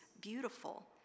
beautiful